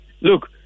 Look